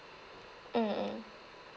mm mm